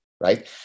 right